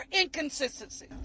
inconsistency